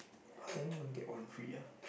buy one get one free ah